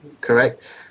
correct